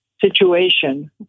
situation